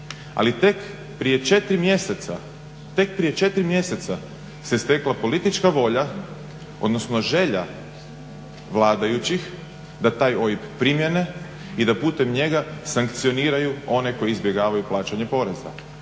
ali tek prije 4 mjeseca se stekla politička volja odnosno želja vladajućih da taj OIB primjene i da putem njega sankcioniraju one koji izbjegavaju plaćanje poreza.